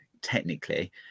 technically